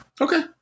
okay